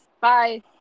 Bye